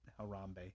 Harambe